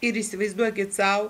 ir įsivaizduokit sau